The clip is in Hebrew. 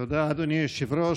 תודה, אדוני היושב-ראש.